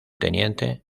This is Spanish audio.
teniente